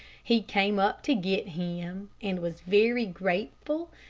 he came up to get him, and was very grateful,